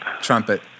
trumpet